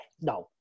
no